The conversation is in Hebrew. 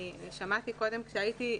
שמעתי קודם, כשהייתי,